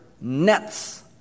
nets